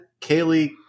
Kaylee